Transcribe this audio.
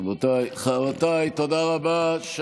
רבותיי, תודה רבה.